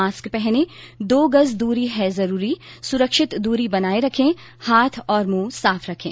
mask पहनें दो गज दूरी है जरूरी सुरक्षित दूरी बनाये रखें हाथ और मुंह साफ रखें